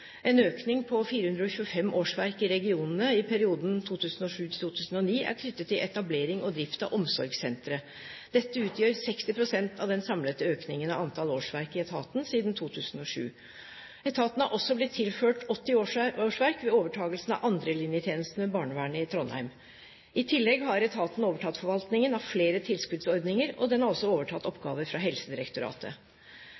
En økning på 425 årsverk i regionene i perioden 2007–2010 er knyttet til etablering og drift av omsorgssentre. Dette utgjør 60 pst. av den samlede økningen av antall årsverk i etaten siden 2007. Etaten har også blitt tilført 80 årsverk ved overtakelsen av andrelinjetjenesten ved barnevernet i Trondheim. I tillegg har etaten overtatt forvaltningen av flere tilskuddsordninger, og den har også overtatt